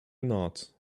not